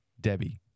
Debbie